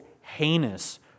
heinous